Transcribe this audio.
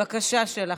בבקשה, שלח.